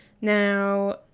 Now